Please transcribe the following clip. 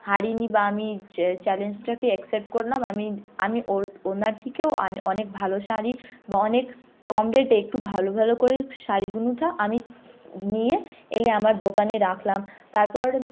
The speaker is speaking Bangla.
হারিনি বা আমি চ্যা চ্যালেঞ্জটাকে অ্যাকসেপ্ট করলাম আমি আমি ওর ওনার থেকেও আন অনেক ভালো শাড়ি বা অনেক কম রেটে একটু ভালো ভালো করে শাড়িগুলো আমি নিয়ে এলে আমার দোকানে রাখলাম তারপর